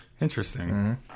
Interesting